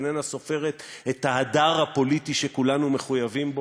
איננה סופרת את ההדר הפוליטי שכולנו מחויבים בו,